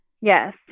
Yes